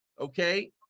okay